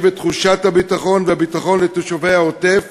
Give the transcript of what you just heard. את תחושת הביטחון והביטחון לתושבי העוטף